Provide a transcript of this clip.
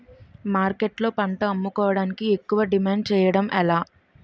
మార్కెట్లో పంట అమ్ముకోడానికి ఎక్కువ డిమాండ్ చేయడం ఎలా?